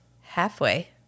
halfway